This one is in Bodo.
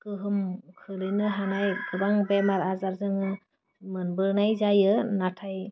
गोहोम खोलैनो हानाय गोबां बेमार आजार जोङो मोनबोनाय जायो नाथाय